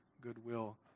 goodwill